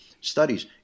studies